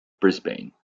brisbane